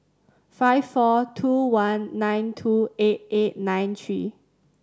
five four two one nine two eight eight nine three